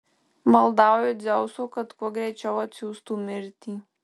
maldauju dzeuso kad kuo greičiau atsiųstų mirtį